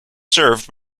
served